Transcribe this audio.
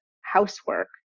housework